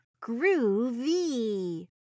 Groovy